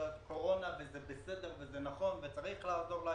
הקורונה וזה בסדר וזה נכון וצריך לעזור.